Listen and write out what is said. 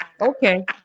Okay